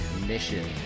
Mission